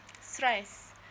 stress